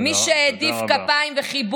תודה רבה.